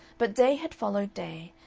but day had followed day,